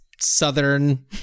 Southern